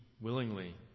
willingly